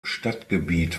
stadtgebiet